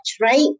right